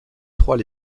trois